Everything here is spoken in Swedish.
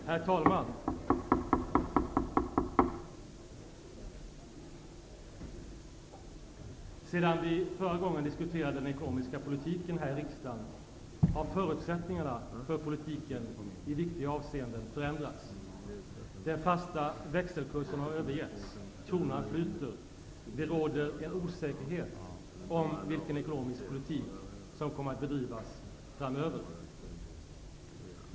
Herr talman! Sedan vi förra gången diskuterade den ekonomiska politiken här i riksdagen har förutsättningarna för politiken i viktiga avseenden förändrats. Den fasta växelkursen har övergetts. Kronan flyter. Det råder en osäkerhet om vilken ekonomisk politik som kommer att bedrivas framöver.